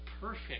perfect